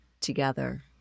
together